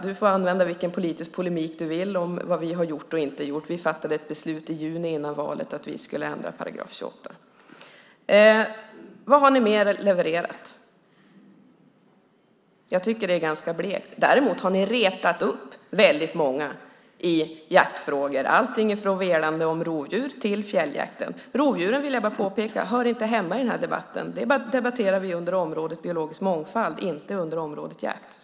Du får använda vilken politisk polemik du vill om vad vi har gjort och inte gjort, Bengt-Anders Johansson. Vi fattade beslut i juni före valet om att vi skulle ändra § 28. Vad har ni mer levererat? Det är ganska blekt. Däremot har ni retat upp många i jaktfrågor, i allt från ert velande om rovdjuren till fjälljakten. Rovdjuren, vill jag bara påpeka, hör inte hemma i denna debatt. Dem debatterar vi under området Biologisk mångfald och inte under området Jakt.